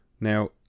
Now